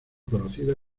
conocida